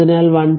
അതിനാൽ 1